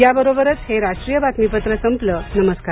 याबरोबरच हे राष्ट्रीय बातमीपत्र संपलं नमस्कार